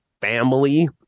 family